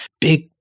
big